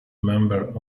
member